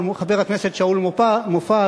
חבר הכנסת שאול מופז,